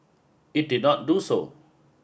it did not do so